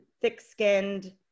thick-skinned